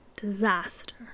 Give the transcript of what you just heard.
Disaster